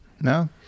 No